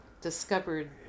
discovered